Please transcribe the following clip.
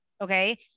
Okay